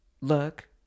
look